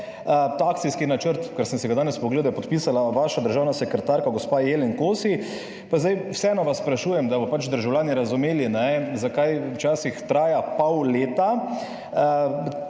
akcijski načrt, sem si ga danes pogledal, je podpisala vaša državna sekretarka gospa Jelen Kosi. Vseeno vas zdaj sprašujem, da bodo državljani razumeli, zakaj včasih traja pol leta.